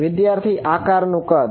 વિદ્યાર્થી આકારનું કદ